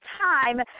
time